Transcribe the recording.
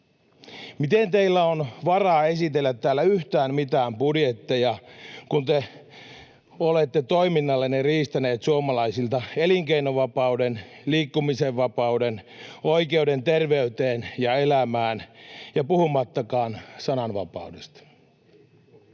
Miten teillä on varaa esitellä täällä yhtään mitään budjetteja, kun te olette toiminnallanne riistäneet suomalaisilta elinkeinovapauden, liikkumisen vapauden, oikeuden terveyteen ja elämään puhumattakaan sananvapaudesta?